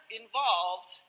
involved